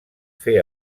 fer